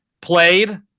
played